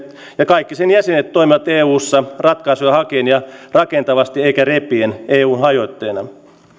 ja kaikki sen jäsenet toimivat eussa ratkaisuja hakien ja rakentavasti eikä repien eun hajottajana